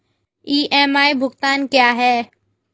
EMI भुगतान क्या है?